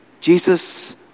Jesus